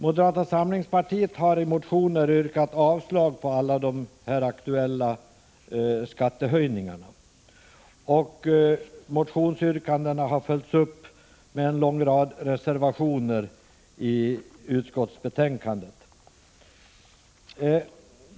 Moderata samlingspartiet har i motioner yrkat avslag på alla här aktuella skattehöjningar, och motionsyrkandena har följts upp i en lång rad reservationer till utskottsbetänkandet.